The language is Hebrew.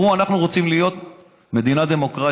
הם אמרו: אנחנו רוצים להיות מדינה דמוקרטית,